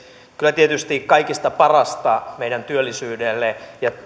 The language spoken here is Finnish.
kyllä tietysti kaikista parasta meidän työllisyydellemme